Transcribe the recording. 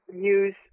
use